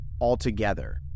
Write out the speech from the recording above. altogether